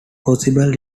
possible